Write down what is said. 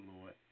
Lord